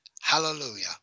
hallelujah